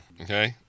okay